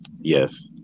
Yes